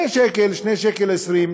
2 שקלים, 2.20 שקל.